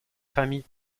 famille